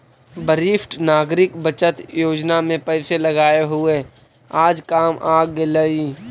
वरिष्ठ नागरिक बचत योजना में पैसे लगाए हुए आज काम आ गेलइ